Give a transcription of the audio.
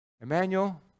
Emmanuel